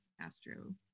astro